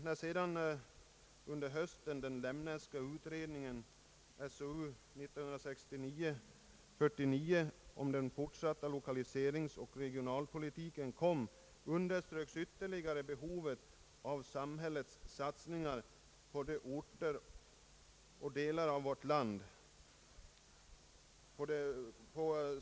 När sedan under hösten den ”Lemneska utredningen”, SOU 1969:49, om den fortsatta lokaliseringsoch regionalpolitiken kom, underströks ytterligare behovet av samhällets satsningar på de norra delarna av vårt land.